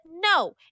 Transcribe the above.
no